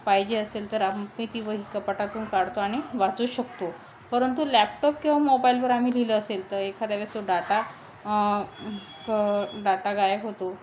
पाहिजे असेल तर आम्ही ती वही कपाटातून काढतो आणि वाचू शकतो परंतु लॅपटॉप किंवा मोबाईलवर आम्ही लिहिलं असेल तर एखाद्या वेळेस तो डाटा डाटा गायब होतो